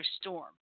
storm